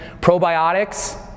probiotics